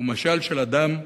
הוא משל של אדם נכה,